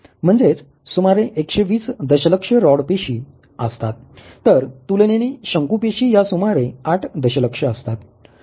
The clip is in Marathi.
म्हणजेच सुमारे 120 दशलक्ष रॉड पेशी असतात तर तुलनेने शंकू पेशी या सुमारे 8 दशलक्ष असतात